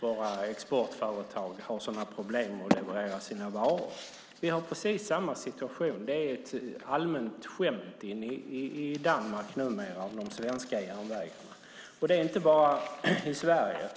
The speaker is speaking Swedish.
våra exportföretag har sådana problem med att leverera sina varor. Vi har precis samma situation här. De svenska järnvägarna är ett allmänt skämt i Danmark numera. Och det är inte bara i Danmark.